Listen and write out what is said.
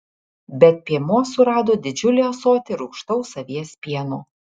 bet piemuo surado didžiulį ąsotį rūgštaus avies pieno